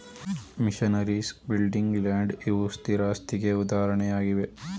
missionaries, building, land ಇವು ಸ್ಥಿರಾಸ್ತಿಗೆ ಉದಾಹರಣೆಯಾಗಿವೆ